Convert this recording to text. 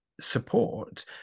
support